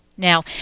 Now